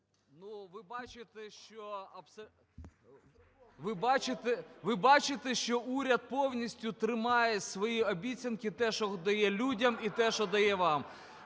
ви бачите, що уряд повністю тримає свої обіцянки: те, що дає людям, і те, що дає вам.